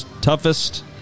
toughest